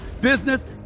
business